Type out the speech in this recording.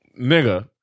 nigga